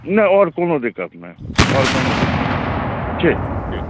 नहि आओर कोनो दिक्कत नहि आओर कोनो दिक्कत नहि ठीक ठीक